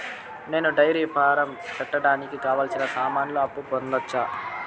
నేను dairy farm పెట్టడానికి కావాల్సిన సామాన్లకు అప్పు పొందొచ్చా?